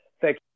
thank